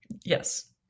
Yes